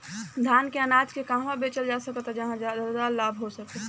धान के अनाज के कहवा बेचल जा सकता जहाँ ज्यादा लाभ हो सके?